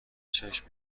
چشم